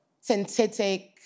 synthetic